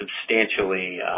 substantially